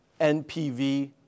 NPV